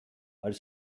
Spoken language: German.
als